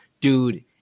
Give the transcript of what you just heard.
dude